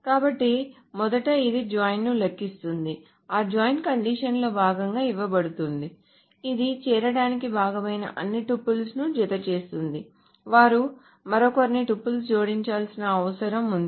కాబట్టి మొదట ఇది జాయిన్ ను లెక్కిస్తుంది ఆ జాయిన్ కండిషన్ లో భాగంగా ఇవ్వబడుతుంది ఇది చేరడానికి భాగమైన అన్ని టుపుల్స్ను జతచేస్తుంది వారు మరికొన్ని టుపుల్స్ జోడించాల్సిన అవసరం ఉంది